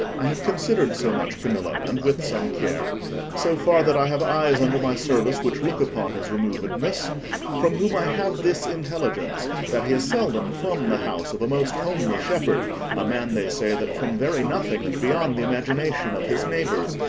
i have considered so much, camillo, and with some care so far that i have eyes under my service which look upon his removedness from whom i have this intelligence that he is seldom from the house of a most homely shepherd a man, they say, that from very nothing, and beyond the imagination of his neighbours,